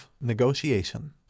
Negotiation